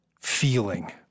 feeling